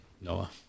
Noah